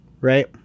Right